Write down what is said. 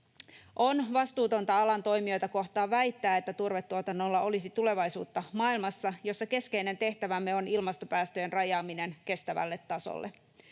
On vastuutonta alan toimijoita kohtaan väittää, että turvetuotannolla olisi tulevaisuutta maailmassa, jossa keskeinen tehtävämme on ilmastopäästöjen rajaaminen kestävälle tasolle.